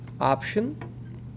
option